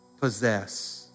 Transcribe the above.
Possess